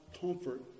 comfort